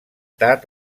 tard